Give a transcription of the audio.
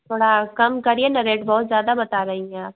थोड़ा कम करिये तो रेट बहुत ज़्यादा बता रही हैं आप